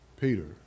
Peter